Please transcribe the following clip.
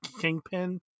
kingpin